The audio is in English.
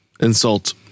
insult